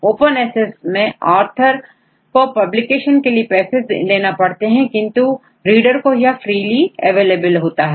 open access मैं authorsको publication के पैसे देने पड़ते हैं किंतु रीडर को यह फ्रिली अवेलेबल होता है